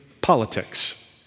politics